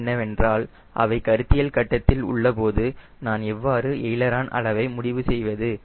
கேள்வி என்னவென்றால் அவை கருத்தியல் கட்டத்திலுள்ள போது நான் எவ்வாறு எய்லரான் அளவை முடிவு செய்வது